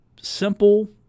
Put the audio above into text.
simple